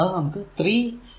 അത് നമുക്കു 3 i x എന്നെഴുതാം